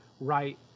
right